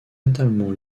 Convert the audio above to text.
notamment